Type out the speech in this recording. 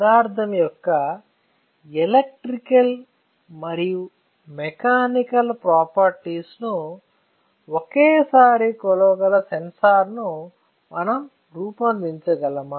పదార్థం యొక్క ఎలక్ట్రికల్ మరియు మెకానికల్ ప్రాపర్టీస్ ను ఒకేసారి కొలవగల సెన్సార్ను మనం రూపొందించగలమా